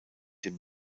dem